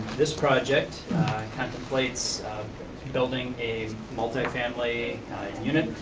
this project contemplates building a multi-family unit,